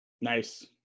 Nice